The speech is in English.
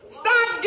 stop